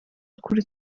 kuri